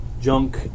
junk